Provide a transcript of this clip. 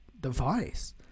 device